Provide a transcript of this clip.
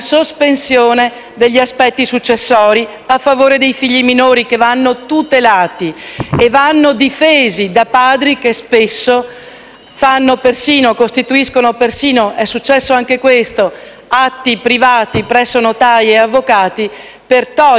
vanno difesi da padri che spesso fanno persino atti privati presso notai e avvocati per togliere ai propri figli le possibilità di successione rispetto alla pensione della madre o alle proprietà immobiliari della famiglia.